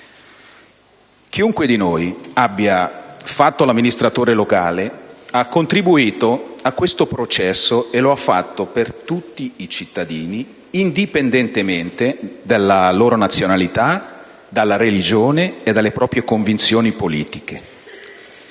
Chiunque di noi abbia fatto l'amministratore locale ha contributo a questo processo, e lo ha fatto per tutti i cittadini, indipendentemente dalla loro nazionalità, dalla religione e dalle proprie convinzioni politiche.